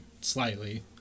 slightly